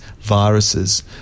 viruses